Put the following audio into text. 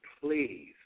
please